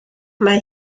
mae